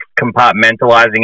compartmentalizing